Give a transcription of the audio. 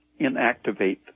inactivate